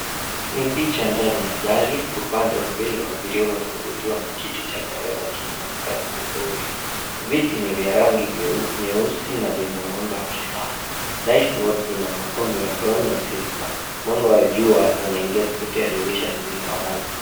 Ni picha ndani ya gari. Upande wa mbele wa abiria umefunguliwa na kiti cha dereva kinaonekana vizuri. Viti ni vya rangi nyeusi na vina muundo wa kisasa. Dashboard ina mapambo ya blue na silver . Mwanga wa jua unaingia kupitia dirisha lililo wazi.